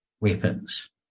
weapons